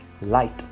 Light